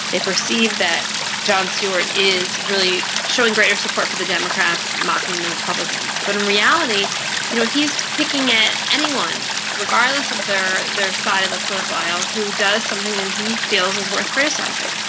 they perceive that john stewart is really showing greater support for the democrats, mocking the republicans. but in reality you know he is picking at anyone, regardless of their their side of the political aisle, who does something that he feels is worth criticising.